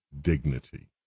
dignity